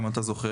אם אתה זוכר.